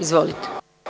Izvolite.